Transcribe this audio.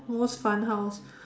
most fun house